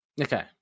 Okay